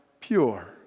pure